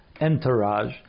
entourage